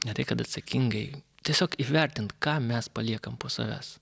ne tai kad atsakingai tiesiog įvertint ką mes paliekam po savęs